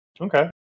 Okay